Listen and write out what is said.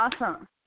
Awesome